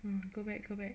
mm go back go back